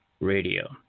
Radio